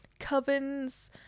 Covens